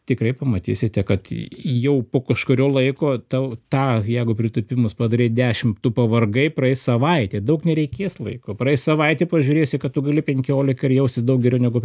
tikrai pamatysite kad jau po kažkurio laiko tau tą jeigu pritūpimus padarei dešim tu pavargai praeis savaitė daug nereikės laiko praeis savaitė pažiūrėsi kad tu gali penkiolika ir jausies daug geriau negu